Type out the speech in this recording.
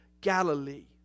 Galilee